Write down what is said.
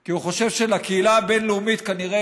כי הוא חושב שלקהילה הבין-לאומית כנראה